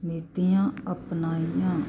ਨੀਤੀਆਂ ਅਪਣਾਈਆਂ